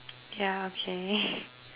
yeah okay